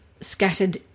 scattered